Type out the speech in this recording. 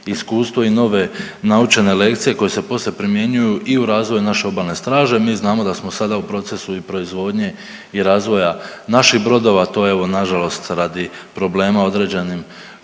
iskustvo i nove naučene lekcije koje se poslije primjenjuju i u razvoju naše Obalne straže. Mi znamo da smo sada u procesu i proizvodnje i razvoja naših brodova. To je evo nažalost radi problema određenim škverovima